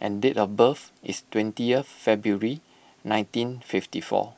and date of birth is twenty February nineteen fifty four